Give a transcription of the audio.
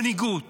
מנהיגות